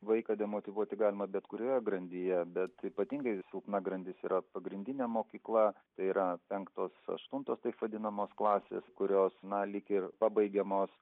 vaiką demotyvuoti galima bet kurioje grandyje bet ypatingai silpna grandis yra pagrindinė mokykla tai yra penktos aštuntos taip vadinamos klasės kurios na lyg ir pabaigiamos